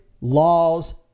laws